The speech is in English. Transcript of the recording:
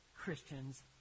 christian's